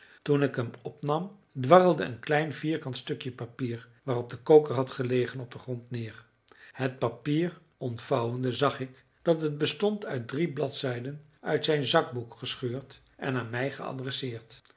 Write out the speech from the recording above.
toen ik hem opnam dwarrelde een klein vierkant stukje papier waarop de koker had gelegen op den grond neer het papier ontvouwende zag ik dat het bestond uit drie bladzijden uit zijn zakboek gescheurd en aan mij